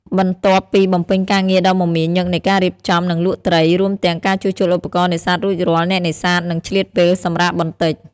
បន្ទាប់ពីបំពេញការងារដ៏មមាញឹកនៃការរៀបចំ និងលក់ត្រី រួមទាំងការជួសជុលឧបករណ៍នេសាទរួចរាល់ អ្នកនេសាទនឹងឆ្លៀតពេលសម្រាកបន្តិច។